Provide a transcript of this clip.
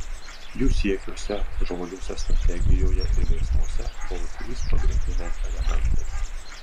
jų siekiuose žodžiuose strategijoje ir veiksmuose buvo trys pagrindiniai elementai